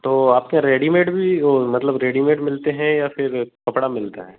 तो आप क्या रेडीमेड भी ओ मतलब क्वालिटी मिलते हैं या फिर कपड़ा मिलता है